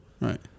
Right